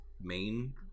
main